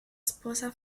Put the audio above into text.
sposa